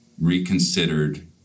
reconsidered